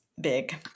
big